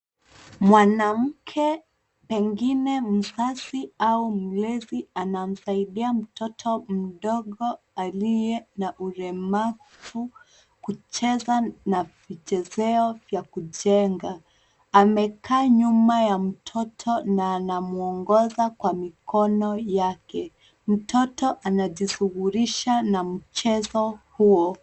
Mwanamke, pengine mzazi au mlezi anamsaidia mtoto mdogo aliye na ulemavu, kucheza na vichezeo vya kujenga. Amekaa nyuma ya mtoto na anamwongoza kwa mkono yake. Mtoto anajishughulisha na mchezo huo.